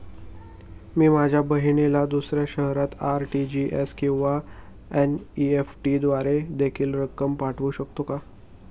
मी माझ्या बहिणीला दुसऱ्या शहरात आर.टी.जी.एस किंवा एन.इ.एफ.टी द्वारे देखील रक्कम पाठवू शकतो का?